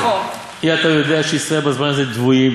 אי אתה יודע שישראל בזמן הזה דוויים,